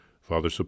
Father